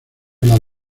las